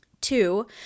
Two